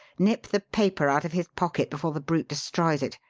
nip the paper out of his pocket before the brute destroys it!